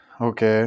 Okay. (